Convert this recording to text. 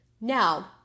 Now